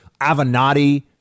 avenatti